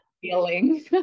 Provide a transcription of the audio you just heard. feeling